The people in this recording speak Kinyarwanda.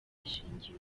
yashyingiye